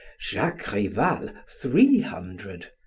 jacques rival three hundred,